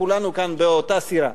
כולנו כאן באותה סירה: